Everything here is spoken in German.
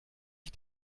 ich